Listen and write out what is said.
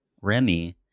remy